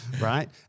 right